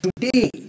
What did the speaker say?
Today